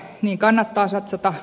niin kannattaa satsata